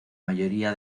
mayoría